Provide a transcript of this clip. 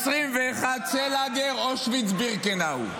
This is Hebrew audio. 21C לאגר, אושוויץ-בירקנאו.